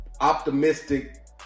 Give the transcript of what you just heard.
optimistic